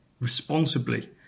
responsibly